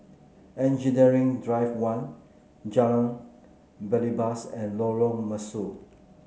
Engineering Drive One Jalan Belibas and Lorong Mesu